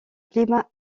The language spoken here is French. climat